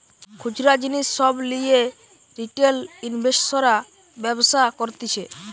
খুচরা জিনিস সব লিয়ে রিটেল ইনভেস্টর্সরা ব্যবসা করতিছে